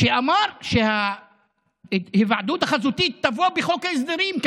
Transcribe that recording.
הוא שאמר שההיוועדות החזותית תבוא גם בחוק ההסדרים.